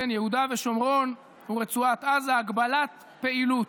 יהודה ושומרון ורצועת עזה (הגבלת פעילות).